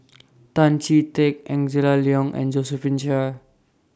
Tan Chee Teck Angela Liong and Josephine Chia